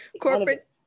corporate